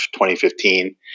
2015